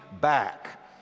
back